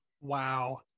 Wow